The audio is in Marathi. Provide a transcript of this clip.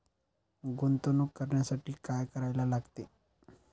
गुंतवणूक करण्यासाठी काय करायला लागते?